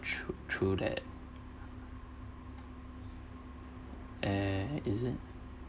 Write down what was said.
true true that eh is it